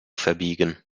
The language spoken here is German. verbiegen